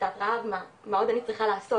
שביתת רעב, מה עוד אני צריכה לעשות?